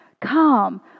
Come